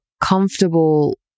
comfortable